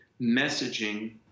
messaging